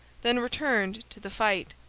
then returned to the fight.